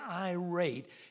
irate